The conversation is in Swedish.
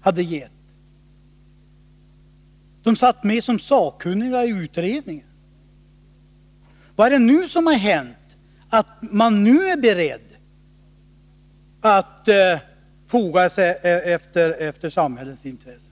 har gett? De satt ju som sakkunniga i utredningen. Vad är det som har hänt och som gör att man nu är beredd att foga sig efter samhällets intressen?